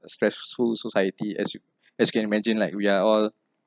stressful society as you as you can imagine like we are all